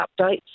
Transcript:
updates